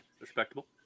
Respectable